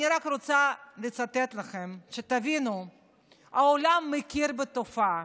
אני רק רוצה לצטט לכם כדי שתבינו שהעולם מכיר בתופעה.